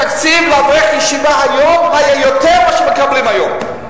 התקציב לאברך ישיבה היום היה יותר ממה שמקבלים היום.